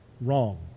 wrong